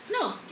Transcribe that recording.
No